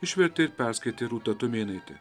išvertė ir perskaitė rūta tumėnaitė